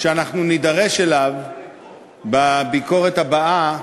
שאנחנו נידרש לו בביקורת הבאה,